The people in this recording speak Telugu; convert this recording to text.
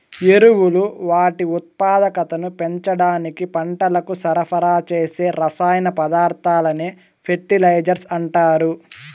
ఎరువులు వాటి ఉత్పాదకతను పెంచడానికి పంటలకు సరఫరా చేసే రసాయన పదార్థాలనే ఫెర్టిలైజర్స్ అంటారు